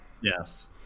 yes